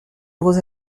grosse